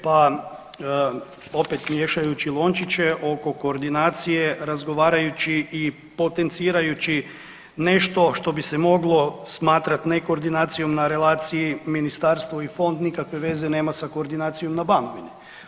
Pa opet miješajući lončiće oko koordinacije, razgovarajući i potencirajući nešto što bi se moglo smatrati ne koordinacijom na relaciji ministarstvo i fond nikakve veze nema sa koordinacijom na Banovini.